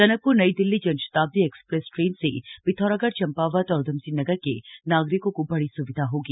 Tanakpur New Delhi Janshatabdi express train से पिथौरागढ़ चंपावत और उधम सिंह नगर के नागरिकों को बड़ी स्विधा होगी